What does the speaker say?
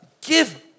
give